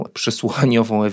przesłuchaniową